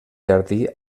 jardí